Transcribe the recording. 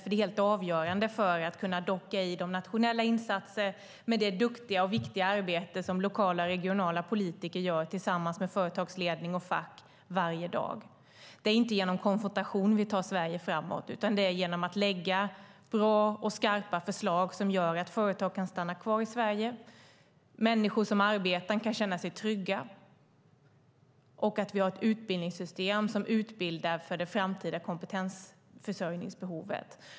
Det är helt avgörande för att kunna docka i nationella insatser. Det är duktiga lokala och regionala politiker som gör ett viktigt arbete tillsammans med företagsledning och fack varje dag. Det är inte genom konfrontation vi tar Sverige framåt, utan det är genom att lägga fram bra och skarpa förslag som gör att företag kan stanna kvar i Sverige, att människor som arbetar kan känna sig trygga och att vi har ett utbildningssystem som utbildar för det framtida kompetensförsörjningsbehovet.